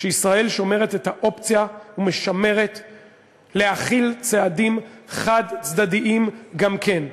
שישראל שומרת את האופציה להחיל צעדים חד-צדדיים גם כן.